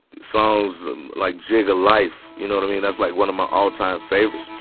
songs and like jigga life, you know what i mean? that's like one of my all time favorites